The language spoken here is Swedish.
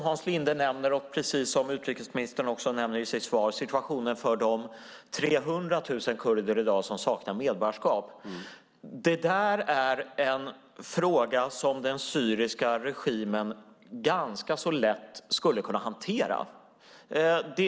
Hans Linde nämner, och också utrikesministern i sitt svar, situationen för de 300 000 kurder som i dag saknar medborgarskap. Det är en fråga som den syriska regimen ganska lätt skulle kunna hantera.